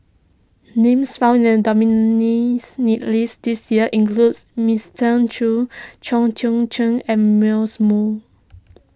names found in the list this year includes Choos Chong Chien and Moo